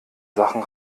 sachen